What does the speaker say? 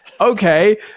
okay